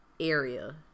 Area